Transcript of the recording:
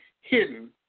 hidden